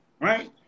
Right